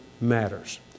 matters